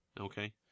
Okay